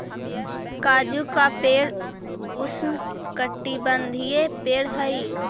काजू का पेड़ उष्णकटिबंधीय पेड़ हई